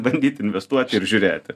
bandyt investuot ir žiūrėti